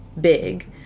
big